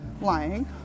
lying